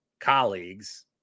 colleagues